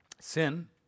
Sin